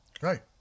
Right